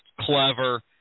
clever